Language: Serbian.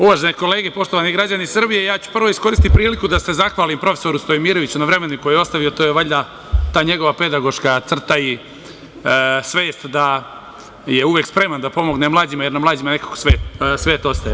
Uvažene kolege, poštovani građani Srbije, ja ću prvo iskoristiti priliku da se zahvalim prof. Stojmiroviću na vremenu koji je ostavio, to je valjda ta njegova pedagoška crta i svest da je uvek spreman da pomogne mlađima, jer na mlađima nekako svet ostaje.